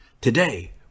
Today